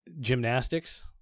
gymnastics